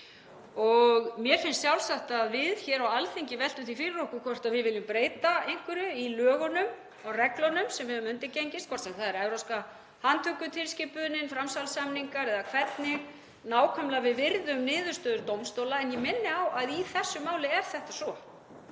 Mér finnst sjálfsagt að við hér á Alþingi veltum því fyrir okkur hvort við viljum breyta einhverju í lögunum og reglunum sem við höfum undirgengist, hvort sem það er evrópska handtökutilskipunin, framsalssamningar eða hvernig nákvæmlega við virðum niðurstöður dómstóla. En ég minni á að í þessu máli er þetta svo,